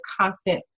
constant